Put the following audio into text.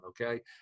Okay